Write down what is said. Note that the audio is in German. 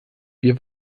wir